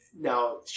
Now